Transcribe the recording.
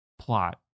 plot